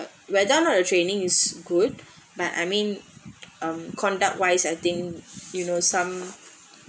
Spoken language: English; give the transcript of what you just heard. we're done on the training is good but I mean um conduct wise I think you know some